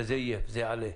וזה יהיה, זה יעלה.